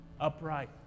upright